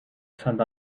saint